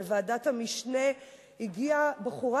לוועדת המשנה הגיעה בחורה,